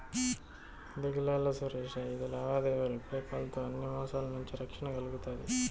దిగులేలా సురేషా, ఇది లావాదేవీలు పేపాల్ తో అన్ని మోసాల నుంచి రక్షణ కల్గతాది